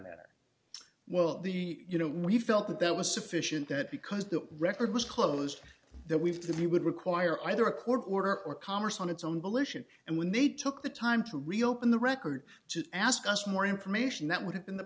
matter well the you know we felt that that was sufficient that because the record was closed that we've that we would require either a court order or congress on its own volition and when they took the time to reopen the record to ask us for more information that would have been the